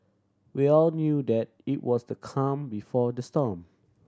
we all knew that it was the calm before the storm